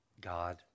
God